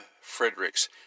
Fredericks